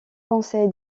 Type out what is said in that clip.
conseil